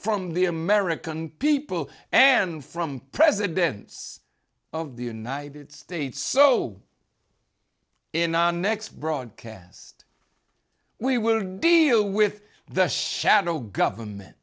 from the american people and from presidents of the united states so in our next broadcast we will deal with the shadow government